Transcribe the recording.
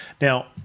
Now